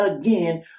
again